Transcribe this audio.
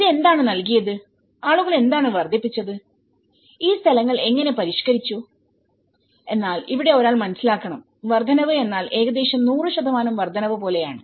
ഇത് എന്താണ് നൽകിയത് ആളുകൾ എന്താണ് വർദ്ധിപ്പിച്ചത് ഈ സ്ഥലങ്ങൾ എങ്ങനെ പരിഷ്കരിച്ചു എന്നാൽ ഇവിടെ ഒരാൾ മനസ്സിലാക്കണം വർദ്ധനവ് എന്നാൽ ഏകദേശം 100 ശതമാനം വർദ്ധനവ് പോലെയാണ്